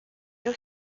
tout